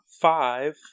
five